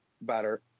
better